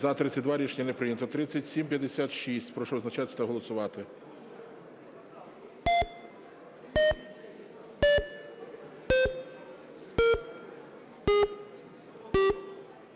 За-32 Рішення не прийнято. 3756. Прошу визначатися та голосувати.